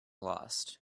lost